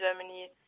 Germany